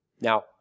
Now